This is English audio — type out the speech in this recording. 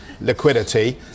liquidity